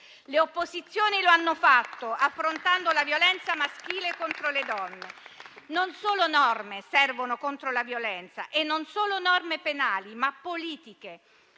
Le opposizioni lo hanno fatto, affrontando la violenza maschile contro le donne. Non solo norme servono contro la violenza, e non solo norme penali, ma misure politiche.